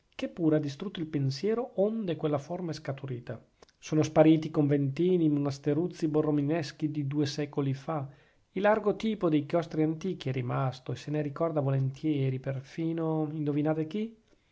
che pure ha distrutto il pensiero onde quella forma è scaturita sono spariti i conventini i monasteruzzi borromineschi di due secoli fa il largo tipo dei chiostri antichi è rimasto e se ne ricorda volentieri perfino indovinate chi